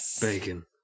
bacon